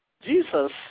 Jesus